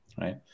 right